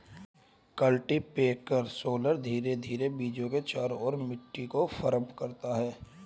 cultipacker roller धीरे धीरे बीजों के चारों ओर मिट्टी को फर्म करता है